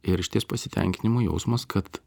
ir išties pasitenkinimo jausmas kad